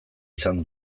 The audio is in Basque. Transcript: izan